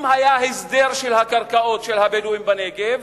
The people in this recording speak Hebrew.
אם היה הסדר של הקרקעות של הבדואים בנגב,